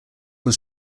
was